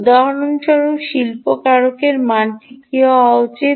উদাহরণস্বরূপ শিল্পকারকের মানটি কী হওয়া উচিত